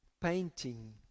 painting